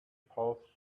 puffs